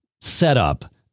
setup